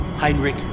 Heinrich